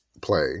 play